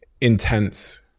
intense